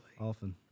Often